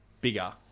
Bigger